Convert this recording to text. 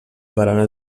barana